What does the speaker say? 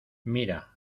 mira